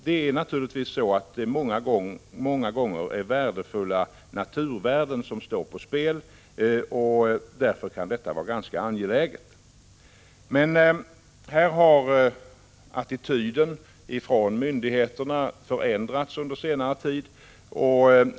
Det är många gånger värdefulla naturtillgångar som står på spel, och därför kan en sådan här komplettering vara ganska angelägen. Här har emellertid attityden från myndigheternas sida förändrats under senare tid.